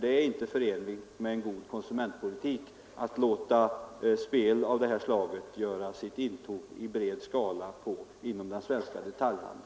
Det är inte förenligt med en god konsumentpolitik att låta spel av det här slaget göra sitt intåg i stor skala inom den svenska detaljhandeln.